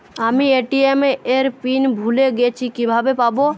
আমি এ.টি.এম এর পিন ভুলে গেছি কিভাবে পাবো?